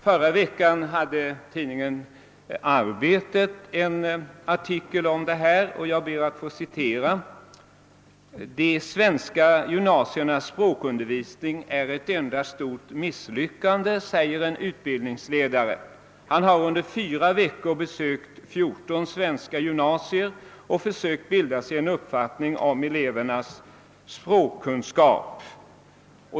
Förra veckan hade tidningen Arbetet en artikel om detta. »De svenska gymnasiernas språkundervisning är ett enda stort misslyckande», säger en utbildningsledare i denna artikel. Han har under fyra veckor besökt 14 svenska gymnasier och försökt bilda sig en uppfattning om elevernas språkkunskap.